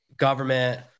government